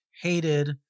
hated